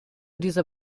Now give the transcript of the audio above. dieser